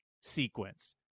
sequence